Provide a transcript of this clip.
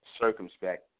circumspect